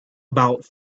about